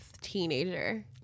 teenager